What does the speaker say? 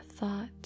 Thought